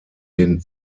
den